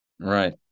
right